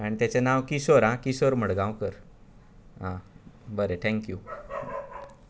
आनी ताचें नांव किशोर आ किशोर मडगांवकर आ बरें थँक्यू